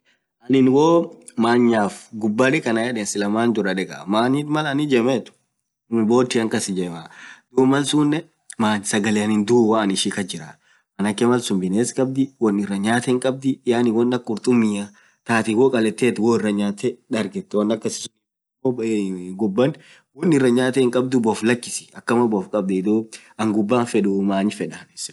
anin manyaff guba took birra deek edden silah manny biraa dekka, mannyit malaan dekeet woan nyatten kaabdii boatian kasijemaa bellan hinduu gubaan wonyataa hinkabduu boaff lakisii duub annin guba hinfeddu mannya fedaa.